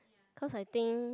cause I think